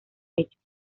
hechos